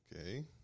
okay